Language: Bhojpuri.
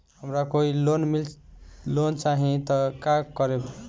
हमरा कोई लोन चाही त का करेम?